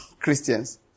Christians